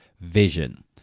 vision